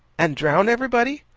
and drown everybody?